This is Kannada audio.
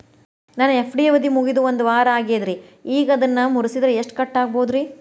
ನನ್ನ ಎಫ್.ಡಿ ಅವಧಿ ಮುಗಿದು ಒಂದವಾರ ಆಗೇದ್ರಿ ಈಗ ಅದನ್ನ ಮುರಿಸಿದ್ರ ಎಷ್ಟ ಕಟ್ ಆಗ್ಬೋದ್ರಿ?